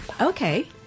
Okay